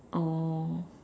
oh